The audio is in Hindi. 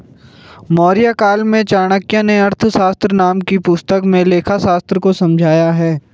मौर्यकाल में चाणक्य नें अर्थशास्त्र नाम की पुस्तक में लेखाशास्त्र को समझाया है